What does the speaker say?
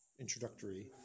introductory